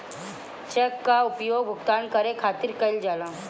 check कअ उपयोग भुगतान करे खातिर कईल जाला